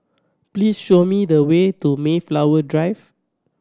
please show me the way to Mayflower Drive